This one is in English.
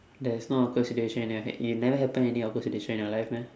there's no awkward situation in your head you never happen any awkward situation in your life meh